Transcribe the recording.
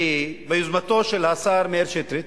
וביוזמתו של השר מאיר שטרית,